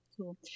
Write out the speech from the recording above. cool